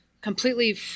completely